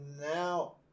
now